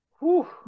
Whew